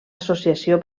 associació